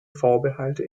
vorbehalte